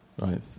Right